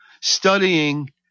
studying